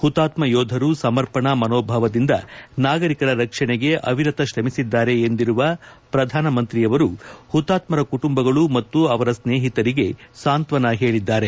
ಪುತಾತ್ತ್ವ ಯೋಧರು ಸಮರ್ಪಣಾ ಮನೋಭಾವದಿಂದ ನಾಗರಿಕರ ರಕ್ಷಣೆಗೆ ಅವಿರತ ಶ್ರಮಿಸಿದ್ದಾರೆ ಎಂದಿರುವ ಪ್ರಧಾನ ಮಂತ್ರಿಯವರು ಪುತಾತ್ತರ ಕುಟುಂಬಗಳು ಮತ್ತು ಅವರ ಸ್ನೇಹಿತರಿಗೆ ಸಾಂತ್ತನ ಹೇಳಿದ್ದಾರೆ